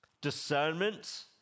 discernment